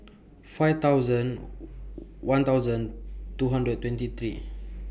five thousand one thousand two hundred twenty three